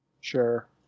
Sure